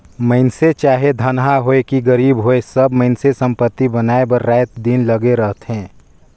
मइनसे चाहे धनहा होए कि गरीब होए सब मइनसे संपत्ति बनाए बर राएत दिन लगे रहथें